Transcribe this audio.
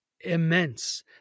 immense